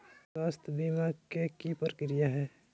स्वास्थ बीमा के की प्रक्रिया है?